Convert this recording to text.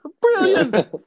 Brilliant